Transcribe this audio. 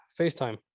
facetime